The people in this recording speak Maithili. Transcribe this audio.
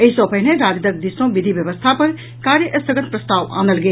एहि सॅ पहिने राजदक दिस सॅ विधि व्यवस्था पर कार्य स्थगन प्रस्ताव आनल गेल